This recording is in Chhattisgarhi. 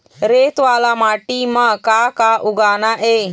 रेत वाला माटी म का का उगाना ये?